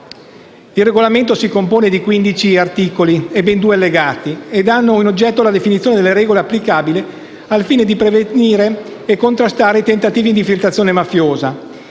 Il regolamento si compone di 15 articoli e ben due allegati e ha come oggetto la definizione delle regole applicabili. Al fine di prevenire e contrastare i tentativi di infiltrazione mafiosa,